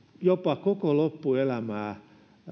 jopa koko loppuelämää